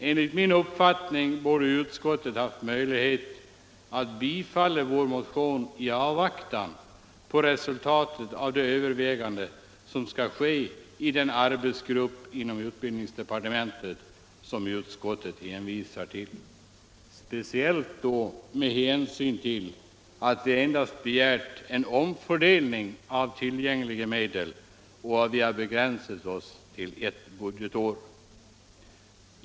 Enligt min uppfattning borde utskottet ha haft möjlighet att tillstyrka vår motion i avvaktan på resultatet av övervägandena i den arbetsgrupp inom utbildningsdepartementet som utskottet hänvisar till, speciellt med hänsyn till att vi endast begärt en omfördelning av tillgängliga medel och begränsat oss till ett budgetår.